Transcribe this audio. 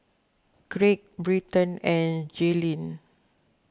Craig Bryton and Gaylene